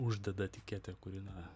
uždeda etiketę kuri na